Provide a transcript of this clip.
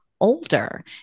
older